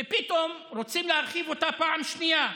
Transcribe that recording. ופתאום רוצים להרחיב אותה פעם שנייה.